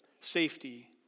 safety